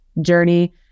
journey